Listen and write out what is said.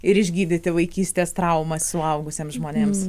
ir išgydyti vaikystės traumas suaugusiems žmonėms